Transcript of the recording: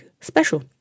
special